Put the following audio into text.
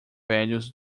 velhos